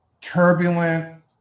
turbulent